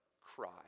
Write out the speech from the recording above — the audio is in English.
cry